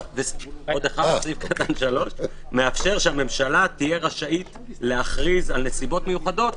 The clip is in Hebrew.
סעיף (3) מאפשר שהממשלה תהיה רשאית להכריז על נסיבות מיוחדות,